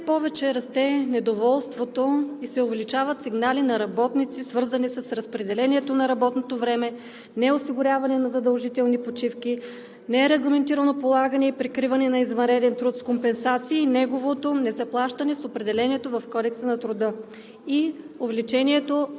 повече расте недоволството и се увеличават сигналите на работници, свързани с разпределението на работното време – неосигуряването на задължителни почивки, нерегламентираното полагане и прикриване на извънреден труд с компенсации и неговото незаплащане по определението в Кодекса на труда и увеличението